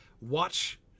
Watch